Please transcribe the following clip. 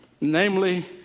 Namely